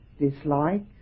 dislike